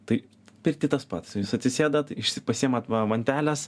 tai pirty tas pats jūs atsisėdat išsi pasiimat va vanteles